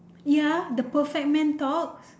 ya the perfect man talks